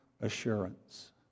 assurance